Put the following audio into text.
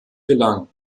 gelang